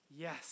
Yes